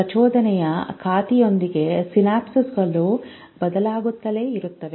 ಪ್ರಚೋದನೆಯ ಖ್ಯಾತಿಯೊಂದಿಗೆ ಸಿನಾಪ್ಗಳು ಬದಲಾಗುತ್ತಲೇ ಇರುತ್ತವೆ